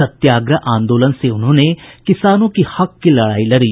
सत्याग्रह आंदोलन से उन्होंने किसानों की हक की लडाई लडी